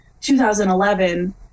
2011